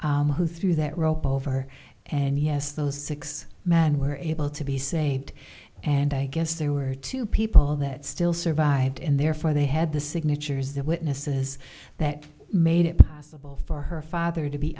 guy who threw that robe over and yes those six men were able to be saved and i guess there were two people that still survived and therefore they had the signatures of witnesses that made it possible for her her father to be